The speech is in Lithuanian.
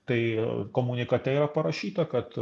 tai komunikate yra parašyta kad